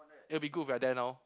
it'll be good if you are there now